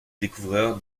découvreur